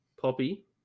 Poppy